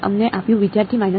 વિદ્યાર્થી 4